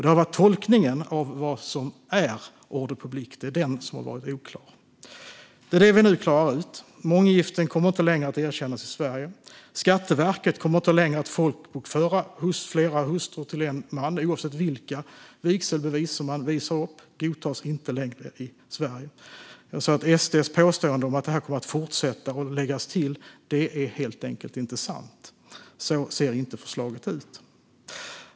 Det är tolkningen av vad som är ordre public som har varit oklar, och det klarar vi nu ut. Månggiften kommer inte längre att erkännas i Sverige. Skatteverket kommer inte längre att folkbokföra flera hustrur till en man oavsett vilka vigselbevis som visas upp. De godtas inte längre i Sverige. SD:s påståenden om att detta kommer att fortsätta är helt enkelt inte sant. Så ser inte förslaget ut.